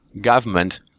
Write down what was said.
government